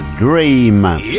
Dream